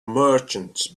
merchants